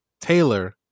Taylor